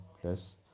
plus